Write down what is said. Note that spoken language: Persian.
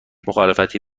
مخالفتی